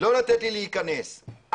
לתת להיכנס.